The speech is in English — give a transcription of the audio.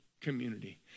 community